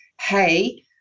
hey